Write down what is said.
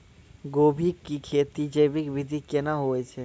गोभी की खेती जैविक विधि केना हुए छ?